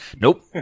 nope